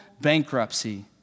bankruptcy